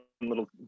little